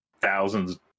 thousands